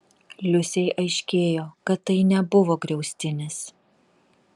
liusei aiškėjo kad tai nebuvo griaustinis